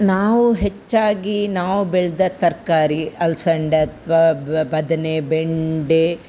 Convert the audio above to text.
ನಾವು ಹೆಚ್ಚಾಗಿ ನಾವು ಬೆಳೆದ ತರಕಾರಿ ಅಲಸಂಡೆ ಅಥವಾ ಬದನೆ ಬೆಂಡೆ